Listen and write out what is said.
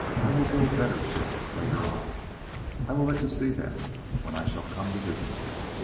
i will build better ships later on i will let you see them when i shall come to visit you.